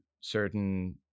certain